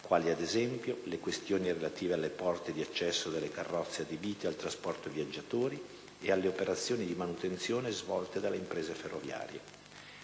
quali, ad esempio, le questioni relative alle porte di accesso delle carrozze adibite al trasporto viaggiatori ed alle operazioni di manutenzione svolte dalle imprese ferroviarie.